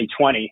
2020